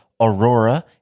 Aurora